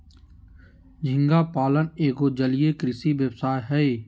झींगा पालन एगो जलीय कृषि व्यवसाय हय